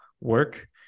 work